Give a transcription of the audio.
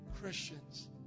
Christians